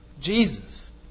Jesus